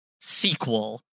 sequel